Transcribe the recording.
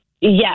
Yes